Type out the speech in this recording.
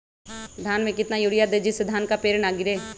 धान में कितना यूरिया दे जिससे धान का पेड़ ना गिरे?